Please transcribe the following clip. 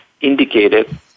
indicated